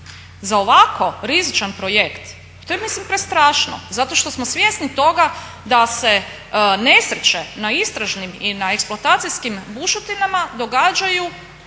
Za ovako rizičan projekt to je mislim prestrašno. Zato što smo svjesni toga da se nesreće na istražnim i na eksploatacijskim bušotinama događaju